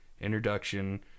Introduction